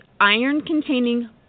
iron-containing